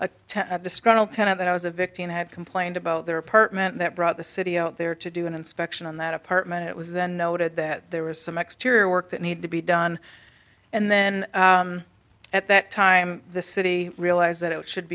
a disgruntled tenet that i was a victim had complained about their apartment that brought the city out there to do an inspection on that apartment it was then noted that there was some exterior work that need to be done and then at that time the city realized that it should